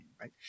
right